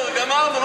גמרנו.